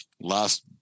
last